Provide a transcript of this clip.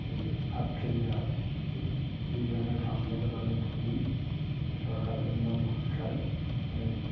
এই আঠ খেলীয়া এই এই ধৰণে গাঁওবিলাকত আমি ফূৰিম ছয় সাতজনমান গোট খাই